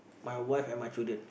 my wife and my children